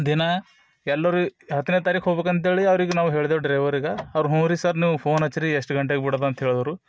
ದಿನ ಎಲ್ಲರ ಹತ್ತನೇ ತಾರೀಕು ಹೋಗ್ಬೇಕು ಅಂತೇಳಿ ಅವ್ರಿಗೆ ನಾವು ಹೇಳಿದೆವು ಡ್ರೈವರಿಗೆ ಅವರು ಹ್ಞೂರಿ ಸರ್ ನೀವು ಫೋನ್ ಹಚ್ಚಿರಿ ಎಷ್ಟು ಗಂಟೆಗೆ ಬಿಡದು ಅಂತ ಹೇಳಿದರು